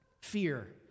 Fear